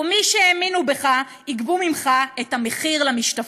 ומי שהאמינו בך יגבו ממך את "המחיר למשתפן".